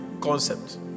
concept